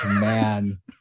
man